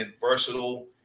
versatile